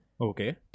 okay